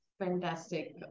Fantastic